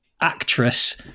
actress